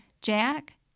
Jack